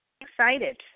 excited